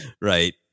Right